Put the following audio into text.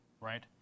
right